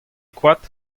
koad